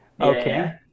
Okay